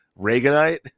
reaganite